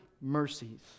mercies